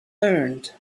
learned